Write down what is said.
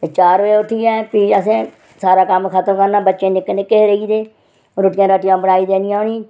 ते चार बजे उट्ठियै प्ही असें सारा कम्म खत्म करना ते बच्चे निक्के निक्के हे रेही जंदे हे रुट्टियां बनाई देनियां उ'नेंगी